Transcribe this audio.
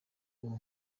uwo